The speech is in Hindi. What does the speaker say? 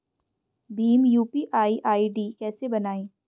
भीम यू.पी.आई आई.डी कैसे बनाएं?